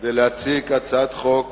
כדי להציג הצעת חוק